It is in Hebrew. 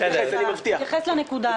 תתייחס לנקודה הזאת.